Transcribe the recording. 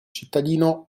cittadino